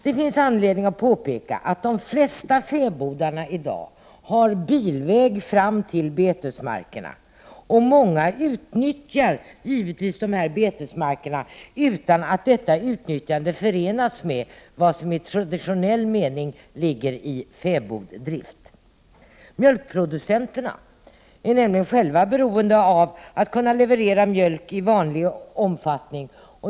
Det finns anledning påpeka att de flesta fäbodarna i dag har bilväg fram till betesmarkerna, och många utnyttjar givetvis dessa betesmarker utan att detta utnyttjande förenas med vad som i traditionell mening ligger i fäboddrift. Mjölkproducenterna är nämligen själva beroende av att kunna leverera mjölk i vanlig omfattning.